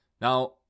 Now